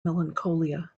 melancholia